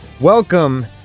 Welcome